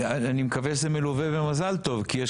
אני מקווה שזה מלווה גם במזל טוב כי יש